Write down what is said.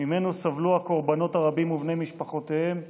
שממנו סבלו הקורבנות הרבים ובני משפחותיהם ואנחנו,